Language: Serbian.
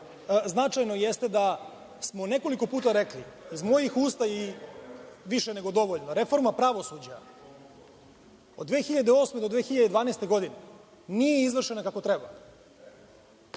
značajno jeste da smo nekoliko puta rekli, iz mojih usta i više nego dovoljno, reforma pravosuđa od 2008. do 2012. godine nije izvršena kako treba.